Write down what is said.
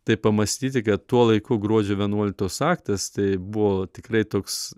taip pamąstyti kad tuo laiku gruodžio vienuoliktos aktas tai buvo tikrai toks